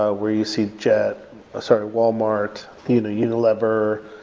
ah where you see jet started walmart, you know unilever,